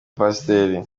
pasiteri